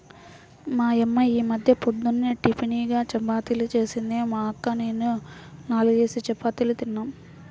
మా యమ్మ యీ రోజు పొద్దున్న టిపిన్గా చపాతీలు జేసింది, మా అక్క నేనూ నాల్గేసి చపాతీలు తిన్నాం